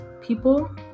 people